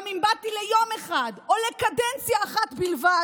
גם אם באתי ליום אחד או לקדנציה אחת בלבד,